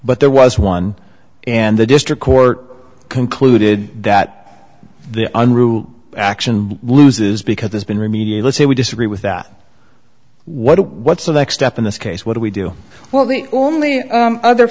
but there was one in the district court concluded that the unruh action loses because there's been remediate let's say we disagree with that what what's the next step in this case what do we do well the only other